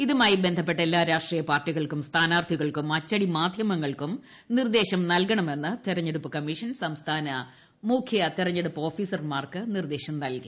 ഇതുമായി ബന്ധപ്പെട്ട് എല്ലാ രാഷ്ട്രീയപാർട്ടികൾക്കും സ്ഥാനാർത്ഥികൾക്കും അച്ചുടിമാധ്യമങ്ങൾക്കും നിർദ്ദേശങ്ങൾ നൽകണമെന്ന് തെരഞ്ഞെടുപ്പ് കമ്മീഷൻ സംസ്ഥാന മുഖ്യ തെരഞ്ഞെടുപ്പ് ഓഫീസർമാർക്ക് നിർദ്ദേശം നൽകി